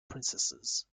princesses